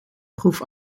proef